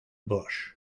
bush